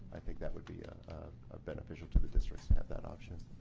i think that will be ah ah beneficial to the districts to have that option.